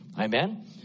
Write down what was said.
Amen